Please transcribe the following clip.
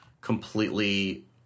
completely